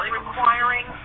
requiring